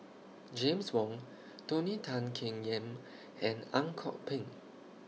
James Wong Tony Tan Keng Yam and Ang Kok Peng